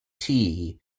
tea